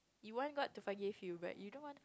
you want god to forgive you but you don't want